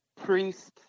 priest